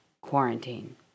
quarantine